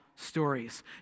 Stories